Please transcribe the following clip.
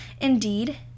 Indeed